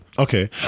Okay